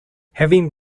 having